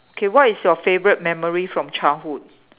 okay what is your favorite memory from childhood